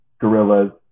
Gorillas